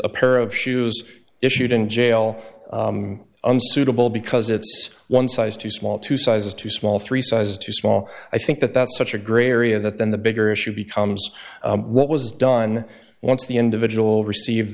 a pair of shoes issued in jail unsuitable because it's one size too small two sizes too small three sizes too small i think that that's such a gray area that then the bigger issue becomes what was done once the individual receive